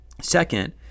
Second